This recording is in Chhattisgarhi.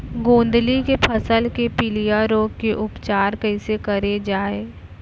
गोंदली के फसल के पिलिया रोग के उपचार कइसे करे जाये?